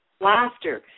laughter